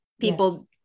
people